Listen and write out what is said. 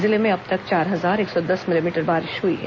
जिले में अब तक चार हजार एक सौ दस मिलीमीटर बारिश हुई है